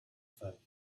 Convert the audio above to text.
fell